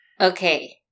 okay